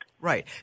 Right